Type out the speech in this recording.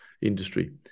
industry